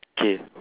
K